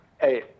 Hey –